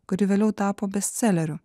kuri vėliau tapo bestseleriu